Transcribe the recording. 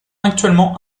actuellement